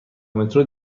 مترو